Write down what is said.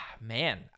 Man